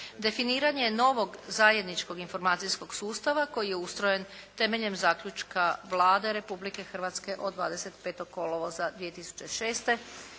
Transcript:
Definiranje novog zajedničkog informacijskog sustava koji je ustrojen temeljem zaključka Vlade Republike Hrvatske od 25. kolovoza 2006.